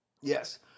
Yes